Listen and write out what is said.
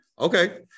Okay